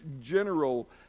general